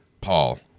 Paul